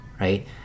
Right